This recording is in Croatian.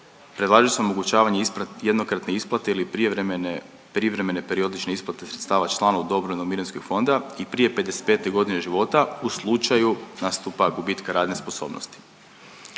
predlaže se omogućavanje jednokratne isplate ili prijevremene, privremene periodične isplate sredstava članu dobrovoljnog mirovinskog fonda i prije 55.g. života u slučaju nastupa gubitka radne sposobnosti.